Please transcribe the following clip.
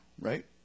right